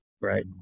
Right